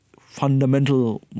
fundamental